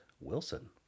Wilson